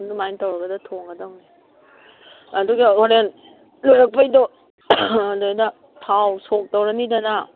ꯑꯗꯨꯃꯥꯏ ꯇꯧꯔꯒꯗ ꯊꯣꯡꯒꯗꯧꯅꯤ ꯑꯗꯨꯒ ꯍꯣꯔꯦꯟ ꯂꯣꯏꯔꯛꯄꯩꯗꯣ ꯑꯗꯩꯗ ꯊꯥꯎ ꯁꯣꯛ ꯇꯧꯔꯅꯤꯗꯅ